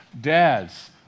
Dads